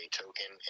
token